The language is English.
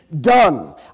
Done